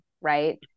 right